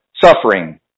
suffering